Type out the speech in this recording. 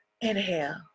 inhale